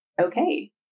okay